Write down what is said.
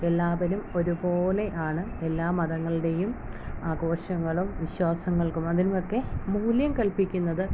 എല്ലാവരും ഒരു പോലെ ആണ് എല്ലാ മതങ്ങളുടെയും ആഘോഷങ്ങളും വിശ്വാസങ്ങൾക്കും അതിൽ നിന്നൊക്കെ മൂല്യം കൽപ്പിക്കുന്നത്